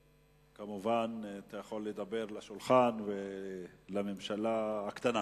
כמובן, אתה יכול לדבר לשולחן ולממשלה הקטנה.